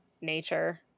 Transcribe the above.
nature